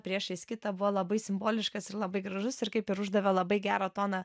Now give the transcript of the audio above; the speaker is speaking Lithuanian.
priešais kitą buvo labai simboliškas ir labai gražus ir kaip ir uždavė labai gerą toną